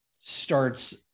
starts